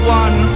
one